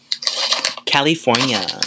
California